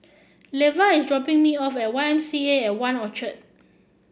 Leva is dropping me off at Y M C A At One Orchard